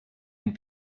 and